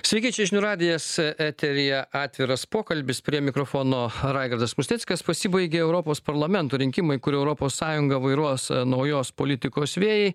sveiki čia žinių radijas eteryje atviras pokalbis prie mikrofono raigardas musnickas pasibaigė europos parlamento rinkimai kur europos sąjunga vairuos naujos politikos vėjai